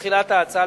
לגבי תחילת ההצעה,